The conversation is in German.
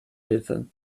hilfe